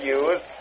use